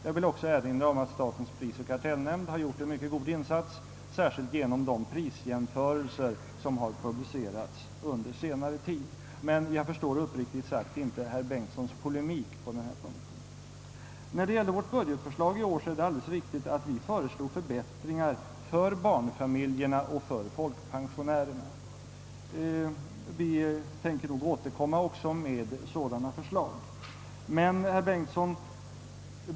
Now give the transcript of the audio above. Jag vill också erinra om att statens prisoch kartellnämnd har gjort en mycket god insats, särskilt genom de prisjämförelser som har publicerats under senare tid. Jag förstår uppriktigt sagt inte herr Bengtssons polemik på den här punkten. När det gäller vårt budgetförslag i år är det alldeles riktigt, att vi föreslog förbättringar för barnfamiljerna och folkpensionärerna. Vi tänker också återkomma med förslag i dessa hänseenden.